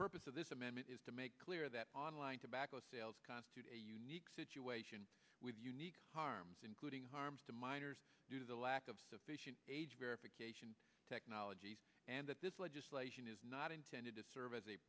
purpose of this amendment is to make clear that online tobacco sales constitute a unique situation with unique harms including harms to minors due to the lack of sufficient age verification technologies and that this legislation is not intended to serve as a